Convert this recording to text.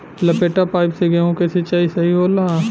लपेटा पाइप से गेहूँ के सिचाई सही होला?